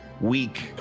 week